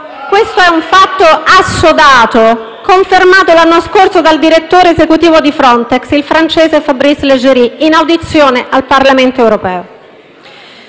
Questo è un fatto assodato, confermato l'anno scorso dal direttore esecutivo di Frontex, il francese Fabrice Leggeri, in audizione al Parlamento europeo.